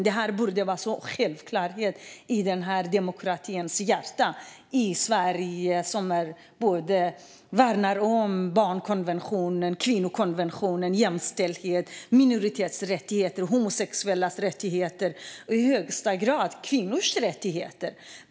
Det här borde vara en självklarhet i demokratins hjärta, i Sverige som värnar om både barnkonventionen och kvinnokonventionen, om jämställdhet, om homosexuellas och andra minoriteters rättigheter och i högsta grad om kvinnors rättigheter.